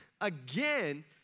Again